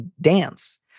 dance